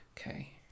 Okay